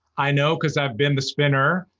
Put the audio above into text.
i know because i've been the spinner,